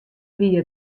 wie